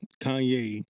Kanye